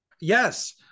Yes